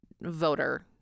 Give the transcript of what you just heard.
voter